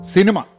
Cinema